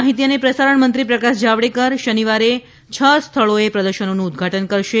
માહિતી અને પ્રસારણમંત્રી પ્રકાશ જાવડેકર શનિવારે છ સ્થળોએ પ્રદર્શનોનું ઉદઘાટન કરશે